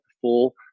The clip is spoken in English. full